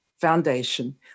Foundation